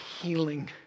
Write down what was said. healing